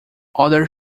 other